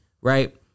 Right